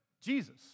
Jesus